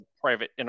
private